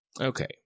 Okay